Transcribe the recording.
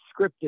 scripted